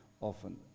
often